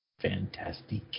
Fantastic